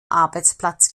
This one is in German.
arbeitsplatz